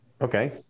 okay